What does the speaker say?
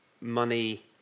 money